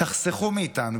תחסכו מאיתנו,